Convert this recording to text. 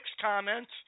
comments